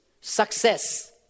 success